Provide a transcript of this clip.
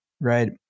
right